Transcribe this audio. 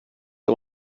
der